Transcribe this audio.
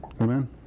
Amen